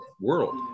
world